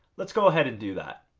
let's go ahead and do that.